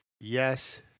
yes